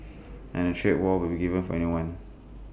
and A trade war wouldn't given for anyone